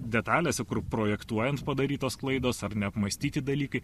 detalėse kur projektuojant padarytos klaidos ar neapmąstyti dalykai